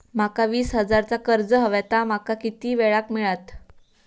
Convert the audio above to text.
माका वीस हजार चा कर्ज हव्या ता माका किती वेळा क मिळात?